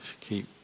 keep